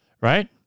Right